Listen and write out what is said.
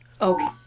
Okay